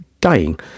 dying